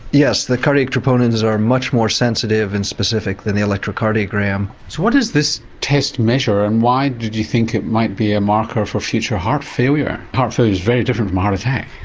yes, the cardiac troponins are much more sensitive and specific than the electrocardiogram. so what does this test measure and why did you think it might be a marker for future heart failure? heart failure is very different from a heart attack.